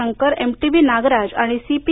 Shankar MTB Nagaraj आणि CP